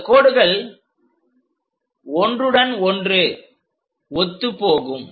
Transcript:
இந்தக் கோடுகள் ஒன்றுடன் ஒன்று ஒத்துப் போகும்